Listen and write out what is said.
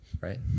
right